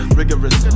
rigorous